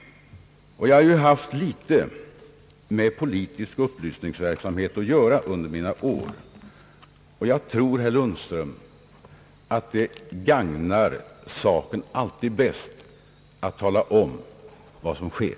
Jag har haft något med politisk upplysningsverksamhet att göra under mina år, och jag tror, herr Lundström, att det alltid gagnar saken bäst att tala om vad som sker.